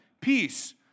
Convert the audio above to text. Peace